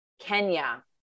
Kenya